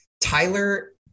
Tyler